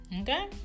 Okay